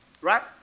right